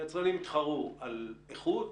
היצרנים יתחרו על איכות,